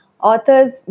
Authors